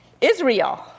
Israel